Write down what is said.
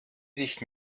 sich